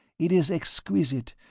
it is exquisite,